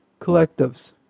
collectives